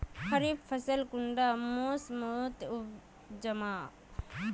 खरीफ फसल कुंडा मोसमोत उपजाम?